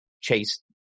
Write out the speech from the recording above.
chase